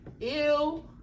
ew